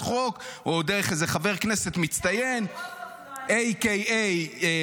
חוק או דרך איזה חבר כנסת מצטיין -- גם לדרוס